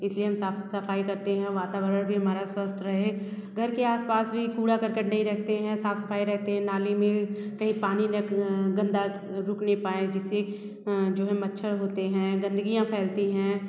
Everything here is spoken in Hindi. इस लिए हम साफ़ सफ़ाई करते हैं वातावरण भी हमारा स्वस्थ रहे घर के आस पास भी कूड़ा कर्कट नहीं रखते हैं साफ़ सफ़ाई रखते हैं नाली में कहीं पानी रक गंदा रुक नहीं पाए जिससे जो मच्छर होते हैं गंदगियाँ फैलती हैं